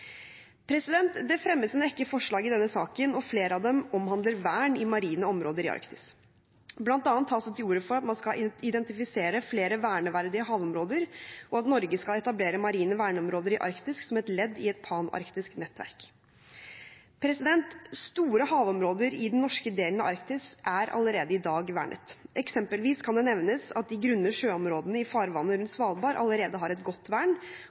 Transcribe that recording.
Det fremmes en rekke forslag i denne saken, og flere av dem omhandler vern i marine områder i Arktis. Blant annet tas det til orde for at man skal identifisere flere verneverdige havområder, og at Norge skal etablere marine verneområder i Arktis, som et ledd i et panarktisk nettverk. Store havområder i den norske delen av Arktis er vernet allerede i dag. Eksempelvis kan det nevnes at de grunne sjøområdene i farvannet rundt Svalbard allerede har et godt vern